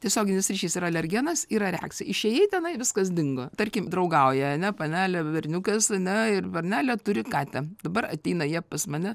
tiesioginis ryšys ir alergenas yra reakcija išėjai tenai viskas dingo tarkim draugauja ane panelė berniukas na ir bernelė turi katę dabar ateina jie pas mane